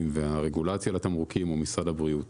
והרגולציה על התמרוקים הוא משרד הבריאות.